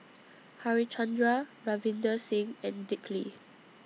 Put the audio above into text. Harichandra Ravinder Singh and Dick Lee